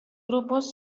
grupos